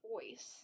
voice